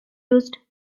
used